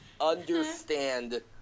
understand